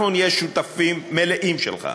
אנחנו נהיה שותפים מלאים שלך.